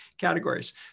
categories